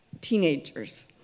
teenagers